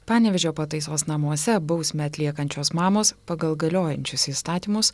panevėžio pataisos namuose bausmę atliekančios mamos pagal galiojančius įstatymus